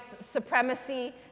supremacy